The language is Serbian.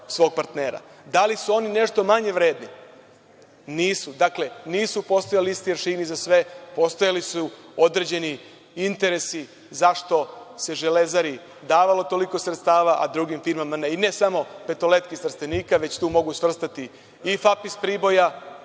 Da li su oni nešto manje vredni? Nisu. Nisu postojali isti aršini za sve. Postojali su određeni interesi zašto se „Železari“ davalo toliko sredstava a drugim firmama ne i ne samo „Petoletki“ iz Trstenika već tu mogu svrstati i FAP iz Priboja